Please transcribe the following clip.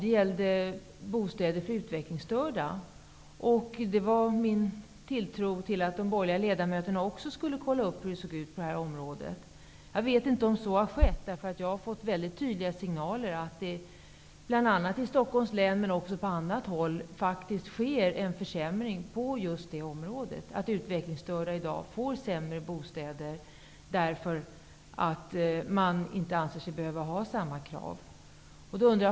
Det gäller bostäder för utvecklingsstörda. Jag hade trott att de borgerliga ledamöterna skulle kolla upp hur det var på det området. Jag vet inte om så har skett. Jag har fått väldigt tydliga signaler om att det bl.a. i Stockholms län, men också på annat håll, faktiskt sker en försämring på just det området. Utvecklingsstörda får i dag sämre bostäder, därför att man inte anser sig behöva ställa samma krav på dessa.